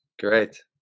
great